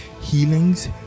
healings